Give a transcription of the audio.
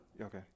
Okay